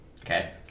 Okay